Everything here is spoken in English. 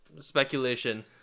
speculation